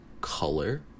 color